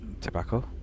Tobacco